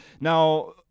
Now